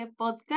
podcast